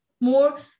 more